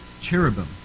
cherubim